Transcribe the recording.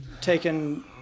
taken